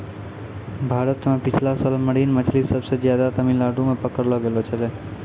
भारत मॅ पिछला साल मरीन मछली सबसे ज्यादे तमिलनाडू मॅ पकड़लो गेलो छेलै